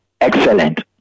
excellent